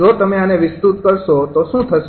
જો તમે આને વિસ્તૃત કરશો તો શું થશે